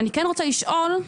אני רוצה לשאול,